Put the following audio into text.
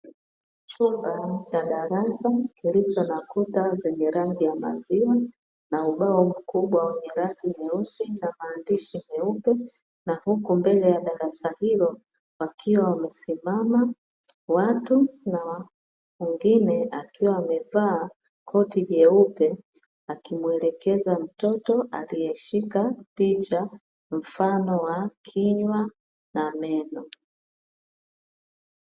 Chupa ndogo ikiwa na maandishi madogo, yanayosomeka mfano wa miti shamba kutokana na mimea ya asilia hutumika Kama desturi ya tiba za asili.